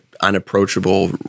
unapproachable